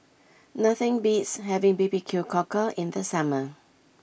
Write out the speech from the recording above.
nothing beats having B B Q Cockle in the summer